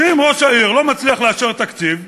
שאם ראש העיר לא מצליח לאשר תקציב,